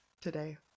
today